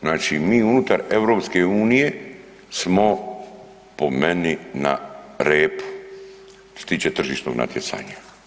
Znači mi unutar EU smo po meni na repu što se tiče tržišnog natjecanja.